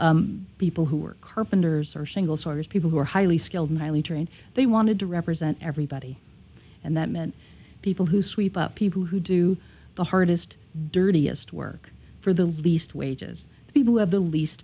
laborers people who were carpenters or single starters people who were highly skilled highly trained they wanted to represent everybody and that meant people who sweep up people who do the hardest dirtiest work for the least wages people who have the least